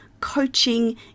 coaching